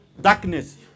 Darkness